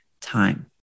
time